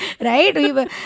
Right